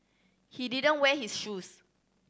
he didn't wear his shoes